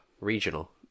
regional